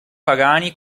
pagani